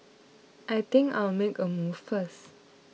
I think I'll make a move first